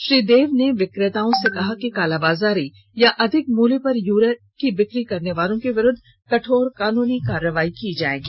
श्री देव ने विकेताओं से कहा कि कालाबाजारी या अधिक मूल्य पर यूरिया की बिकी करनेवालों के विरूद्ध कठोर कानूनी कार्रवाई की जाएगी